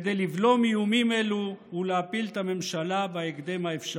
כדי לבלום איומים אלו ולהפיל את הממשלה בהקדם האפשרי.